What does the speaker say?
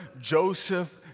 Joseph